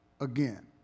again